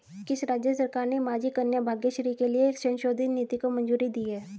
किस राज्य सरकार ने माझी कन्या भाग्यश्री के लिए एक संशोधित नीति को मंजूरी दी है?